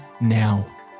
now